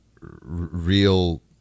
real